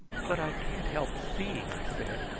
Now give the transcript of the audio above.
but i can't help seeing, i said,